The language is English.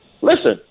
listen